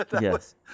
Yes